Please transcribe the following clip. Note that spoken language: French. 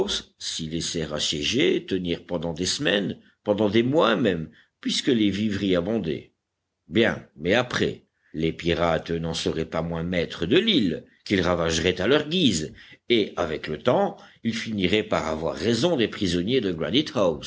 laisser assiéger tenir pendant des semaines pendant des mois même puisque les vivres y abondaient bien mais après les pirates n'en seraient pas moins maîtres de l'île qu'ils ravageraient à leur guise et avec le temps ils finiraient par avoir raison des prisonniers de